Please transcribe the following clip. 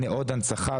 הנה עוד הנצחה.